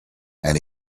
and